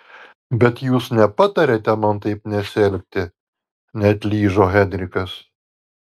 bet jūs nepatariate man taip nesielgti neatlyžo henrikas